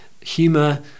humour